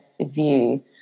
view